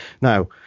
Now